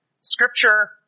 Scripture